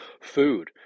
Food